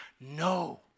No